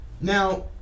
Now